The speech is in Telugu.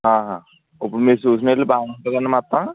ఇప్పుడు మీరు చూసిన ఇల్లు బాగుంటుందాండి మొత్తం